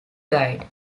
guide